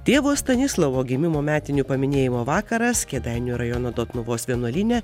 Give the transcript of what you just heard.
tėvo stanislovo gimimo metinių paminėjimo vakaras kėdainių rajono dotnuvos vienuolyne